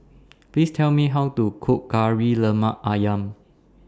Please Tell Me How to Cook Kari Lemak Ayam